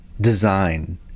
design